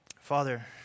Father